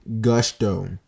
gusto